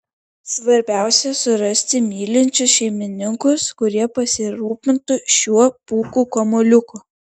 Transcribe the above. svarbiausia surasti mylinčius šeimininkus kurie pasirūpintų šiuo pūkų kamuoliuku